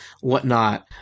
whatnot